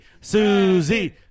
Susie